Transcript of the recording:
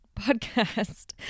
podcast